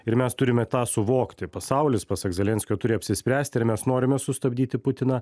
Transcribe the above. ir mes turime tą suvokti pasaulis pasak zelenskio turi apsispręsti ar mes norime sustabdyti putiną